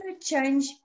change